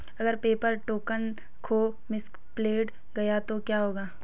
अगर paper token खो misplaced गया तो क्या होगा?